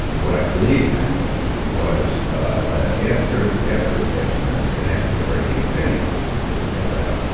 what i believe happened was that after after bear stearns and after freddie and fannie were so were bailed out,